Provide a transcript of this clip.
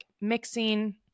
mixing